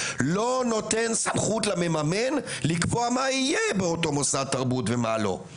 לא נותן סמכות למממן לקבוע מה יהיה באותו מוסד תרבות ומה לא,